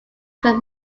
can